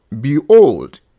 behold